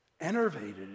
enervated